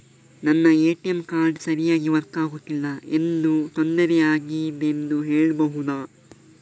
ನನ್ನ ATM card ಸರಿಯಾಗಿ work ಆಗುತ್ತಿಲ್ಲ, ಏನು ತೊಂದ್ರೆ ಆಗಿದೆಯೆಂದು ಹೇಳ್ಬಹುದಾ?